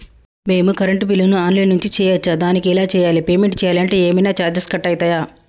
మేము కరెంటు బిల్లును online నుంచి చేయచ్చా? దానికి ఎలా చేయాలి? పేమెంట్ చేయాలంటే ఏమైనా చార్జెస్ కట్ అయితయా?